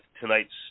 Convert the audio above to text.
tonight's